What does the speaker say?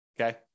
Okay